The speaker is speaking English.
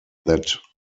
that